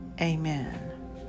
Amen